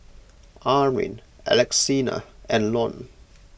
Armin Alexina and Lon